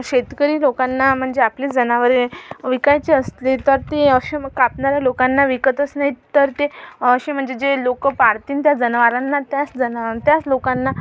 शेतकरी लोकांना म्हणजे आपली जनावरे विकायची असली तर ते अश्या कापणाऱ्या लोकांना विकतच नाहीत तर ते असे म्हणजे जे लोकं पाळतीन त्या जनावरांना त्याच जना त्याच लोकांना